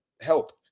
help